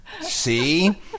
See